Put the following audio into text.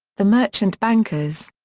the merchant bankers.